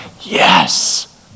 Yes